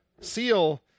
seal